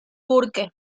burke